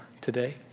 today